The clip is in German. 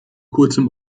kurzem